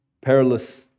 perilous